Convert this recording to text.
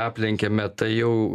aplenkiame tai jau